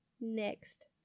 next